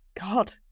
God